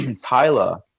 tyler